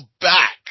back